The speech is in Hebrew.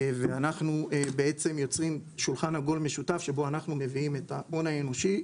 ואנחנו בעצם יוצרים שולחן עגול משותף שבו אנחנו מביאים את ההון האנושי,